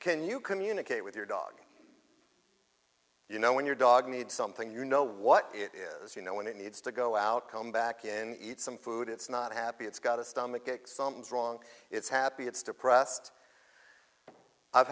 can you communicate with your dog you know when your dog needs something you know what it is you know when it needs to go out come back in eat some food it's not happy it's got a stomachache something's wrong it's happy it's depressed i've